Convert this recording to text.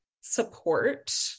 support